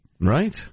Right